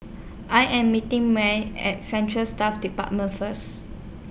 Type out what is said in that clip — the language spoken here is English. I Am meeting Marely At Central Staff department First